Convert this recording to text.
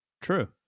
True